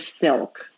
silk